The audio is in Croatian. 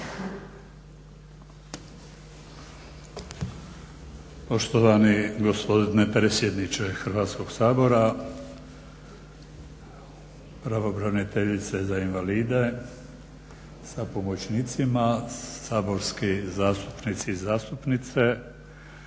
Poštovani gospodine predsjedniče Hrvatskog sabora, pravobraniteljice za invalide sa pomoćnicima, saborski zastupnici i zastupnice.